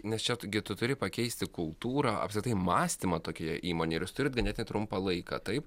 nes čia tu gi tu turi pakeisti kultūrą apskritai mąstymą tokioje įmonėj jūs turite ganėtinai trumpą laiką taip